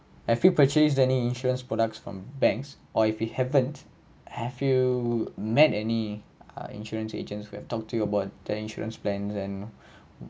I feel purchased any insurance products from banks or if you haven't have you met any ah insurance agents who have talked to you about the insurance plans and